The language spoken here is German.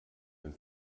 dann